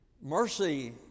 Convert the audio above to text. Mercy